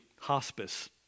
hospice